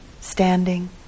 standing